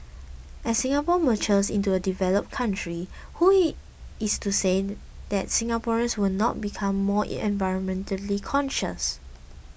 as Singapore matures into a developed country who in is to say that Singaporeans will not become more environmentally conscious